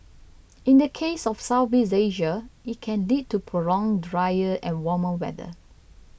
in the case of Southeast Asia it can lead to prolonged drier and warmer weather